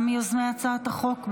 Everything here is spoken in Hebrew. גם הוא מיוזמי הצעת החוק.